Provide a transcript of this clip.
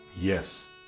Yes